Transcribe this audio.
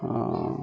ହଁ